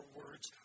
words